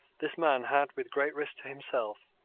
this man had, with great risk to himself,